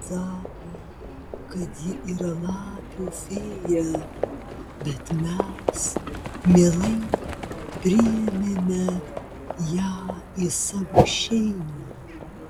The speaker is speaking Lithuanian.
sako kad ji yra lapių fėja bet mes mielai priėmėme ją į savo šeimą